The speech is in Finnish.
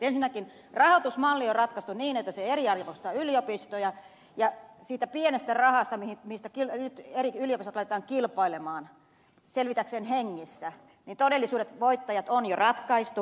ensinnäkin rahoitusmalli on ratkaistu niin että se eriarvoistaa yliopistoja ja siitä pienestä rahasta josta nyt eri yliopistot laitetaan kilpailemaan selvitäkseen hengissä niin todelliset voittajat on jo ratkaisu